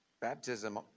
Baptism